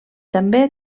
també